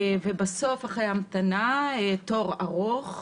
בסוף, אחרי המתנה ארוכה